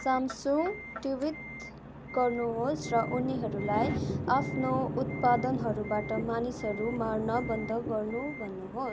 Samsung tweet गर्नुहोस् र उनीहरूलाई आफ्नो उत्पादनहरूबाट मानिसहरू मार्न बन्द गर्नु भन्नु हो